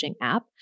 app